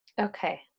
okay